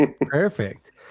Perfect